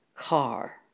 car